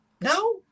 no